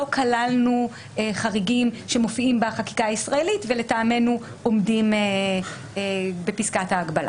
לא כללנו חריגים שמופיעים בחקיקה הישראלית ולטעמנו עומדים בפסקת ההגבלה.